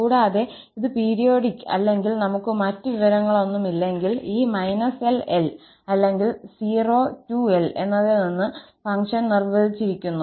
കൂടാതെ ഇത് പീരിയോഡിക് അല്ലെങ്കിൽ നമുക് മറ്റ് വിവരങ്ങളൊന്നുമില്ലെങ്കിൽ ഈ −𝑙 𝑙 അല്ലെങ്കിൽ 02𝑙 എന്നതിൽ നിന്ന് ഫംഗ്ഷൻ നിർവ്വചിച്ചിരിക്കുന്നു